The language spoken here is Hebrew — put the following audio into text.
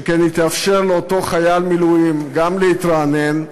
שכן היא תאפשר לאותו חייל מילואים גם להתרענן,